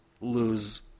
lose